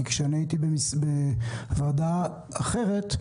כשהייתי בוועדה אחרת,